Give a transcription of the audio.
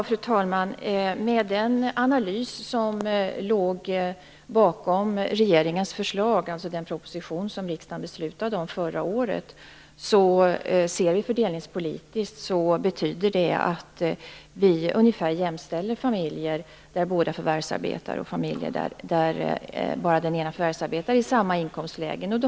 Fru talman! Den analys som låg bakom regeringens förslag i den proposition som riksdagen beslutade om förra året innebär att vi fördelningspolitiskt ungefärligen jämställer familjer där båda förvärvsarbetar och familjer där bara den ena maken förvärvsarbetar i motsvarande inkomstläge.